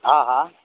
हा हा